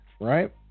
Right